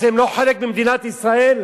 אז, הן לא חלק ממדינת ישראל?